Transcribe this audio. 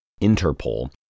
Interpol